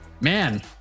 man